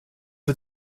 für